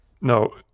no